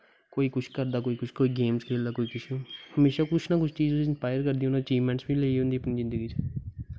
कोई कुछ करदा कोई कुछ गेमस खेलदा कोई किश म्हेशा कुछ नां कुछ चीज़ इंस्पाइर करदी उ'नें अचीवमैंट बी लेई होनी फिर अपनी जिन्दगी च